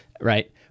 right